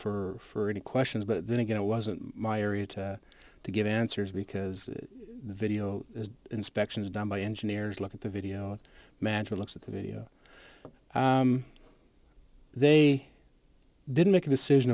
for any questions but then again it wasn't my area to to give answers because the video inspection is done by engineers look at the video a man who looks at the video they didn't make a decision